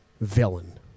villain